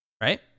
Right